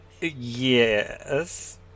Yes